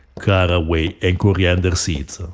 caraway and coriander seeds,